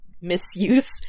misuse